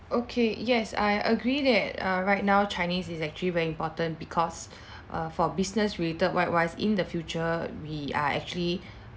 okay yes I agree that err right now chinese is actually very important because err for business related likewise in the future we are actually